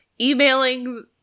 emailing